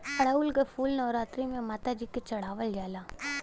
अढ़ऊल क फूल नवरात्री में माता जी के चढ़ावल जाला